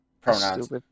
pronouns